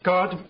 God